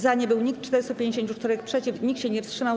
Za nie był nikt, 454 - przeciw, nikt się nie wstrzymał.